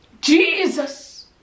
Jesus